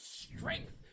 strength